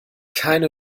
keine